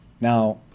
Now